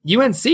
UNC